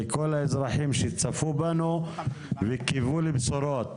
לכל האזרחים שצפו בנו וקיוו לבשורות.